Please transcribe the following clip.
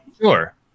Sure